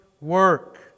work